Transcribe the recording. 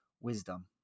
wisdom